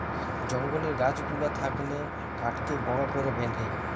জঙ্গলের গাছ গুলা থাকলে কাঠকে বড় করে বেঁধে